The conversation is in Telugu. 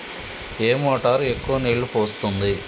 ఏ మోటార్ ఎక్కువ నీళ్లు పోస్తుంది?